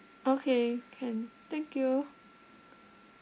okay can thank you